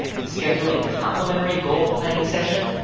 to schedule a complimentary goal-planning session,